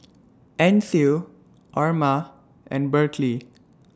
Ancil Orma and Berkley